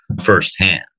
firsthand